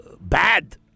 bad